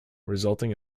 resulting